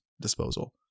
disposal